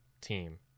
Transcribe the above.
Team